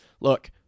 Look